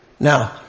Now